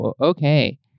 Okay